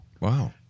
Wow